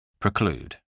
Preclude